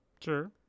Sure